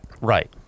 right